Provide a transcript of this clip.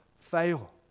fail